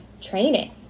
training